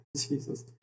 Jesus